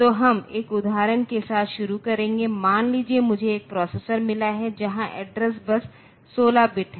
तो हम एक उदाहरण के साथ शुरू करेंगे मान लीजिए मुझे एक प्रोसेसर मिला है जहां एड्रेस बस 16 बिट है